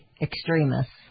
extremists